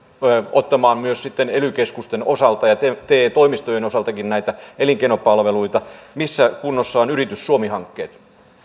ottamaan myös sitten ely keskusten osalta ja te toimistojenkin osalta näitä elinkeinopalveluita missä kunnossa ovat yritys suomi hankkeet